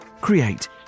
create